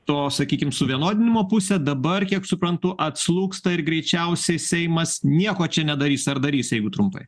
to sakykim suvienodinimo pusė dabar kiek suprantu atslūgsta ir greičiausiai seimas nieko čia nedarys ar darys jeigu trumpai